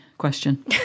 question